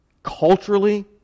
Culturally